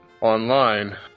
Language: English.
online